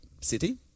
city